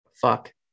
fuck